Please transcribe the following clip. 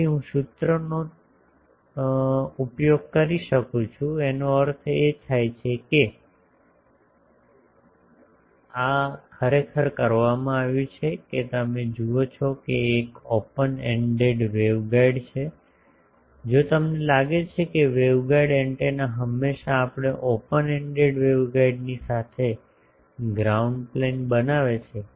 તેથી હું સૂત્રોનો તેથી ઉપયોગ કરી શકું છું આનો અર્થ એ થાય છે કે આ ખરેખર કરવામાં આવ્યું છે કે તમે જુઓ છો કે એક ઓપન એન્ડેડ વેવગાઇડ જો તમને લાગે છે કે વેવગાઇડ એન્ટેના હંમેશા આપણે ઓપન એન્ડેડ વેવગાઇડની સાથે ગ્રાઉન્ડ પ્લેન બનાવે છે